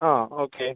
ആ ഓക്കെ